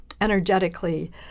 energetically